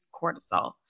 cortisol